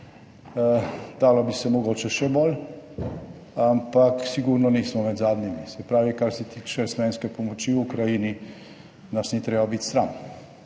dalo bi se mogoče še bolj, ampak sigurno nismo med zadnjimi. Se pravi, kar se tiče slovenske pomoči v Ukrajini nas ni treba biti sram.